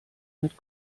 mit